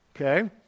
okay